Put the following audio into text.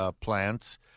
plants